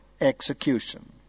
execution